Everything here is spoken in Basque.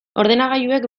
ordenagailuek